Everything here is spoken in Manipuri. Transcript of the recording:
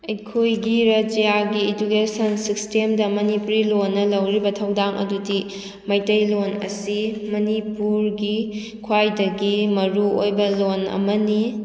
ꯑꯩꯈꯣꯏꯒꯤ ꯔꯖꯌꯒꯤ ꯏꯗꯨꯀꯦꯁꯟ ꯁꯤꯁꯇꯦꯝꯗ ꯃꯅꯤꯄꯨꯔꯤ ꯂꯣꯟꯅ ꯂꯧꯔꯤꯕ ꯊꯧꯗꯥꯡ ꯑꯗꯨꯗꯤ ꯃꯩꯇꯩꯂꯣꯟ ꯑꯁꯤ ꯃꯅꯤꯄꯨꯔꯒꯤ ꯈ꯭ꯋꯥꯏꯗꯒꯤ ꯃꯔꯨꯑꯣꯏꯕ ꯂꯣꯟ ꯑꯃꯅꯤ